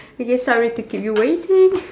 okay sorry to keep you waiting